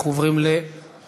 אנחנו עוברים להנמקות